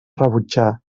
rebutjar